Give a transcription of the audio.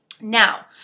Now